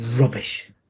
rubbish